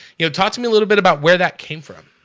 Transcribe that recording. you know talk to me a little bit about where that came from